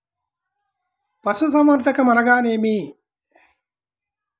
పశుసంవర్ధకం అనగా ఏమి?